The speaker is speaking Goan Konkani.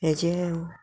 हेजे